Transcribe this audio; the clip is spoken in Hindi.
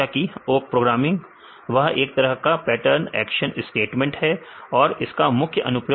ओक प्रोग्रामिंग वह एक तरह का पैटर्न एक्शन स्टेटमेंट है तो इसका मुख्य अनुप्रयोग क्या है